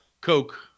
Coke